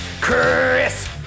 Chris